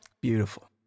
beautiful